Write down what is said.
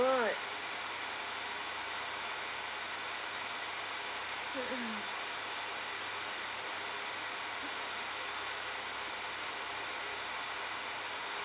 mmhmm